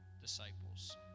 disciples